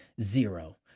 zero